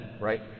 right